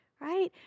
right